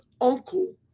uncle